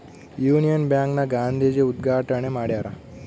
Union bank ನ ಗಾಂಧೀಜಿ ಉದ್ಗಾಟಣೆ ಮಾಡ್ಯರ